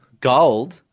Gold